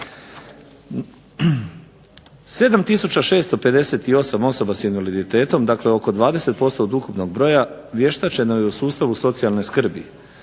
7658 osoba s invaliditetom, dakle oko 20% od ukupnog broja vještačeno je u sustavu socijalne skrbi.